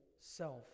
self